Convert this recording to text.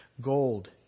gold